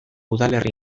udalerri